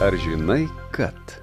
ar žinai kad